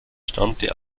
stammte